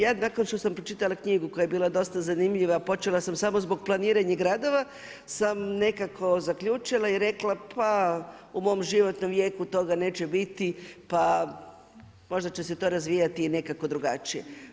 Ja nakon što sam pročitala knjigu koja je bila dosta zanimljiva, počela sam samo zbog planiranja gradova, sam nekako zaključila i rekla, pa u mom životnom vijeku toga neće biti pa možda će se to razvijati i nekako drugačije.